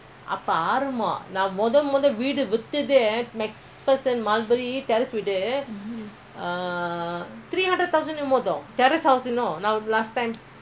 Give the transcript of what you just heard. last time is cheap macpherson all very cheap இல்லைல்ல:illailla mah பாட்டிவீடு:paati veedu